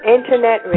Internet